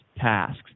tasks